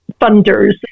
funders